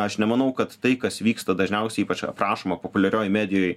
aš nemanau kad tai kas vyksta dažniausiai ypač aprašoma populiarioj medijoj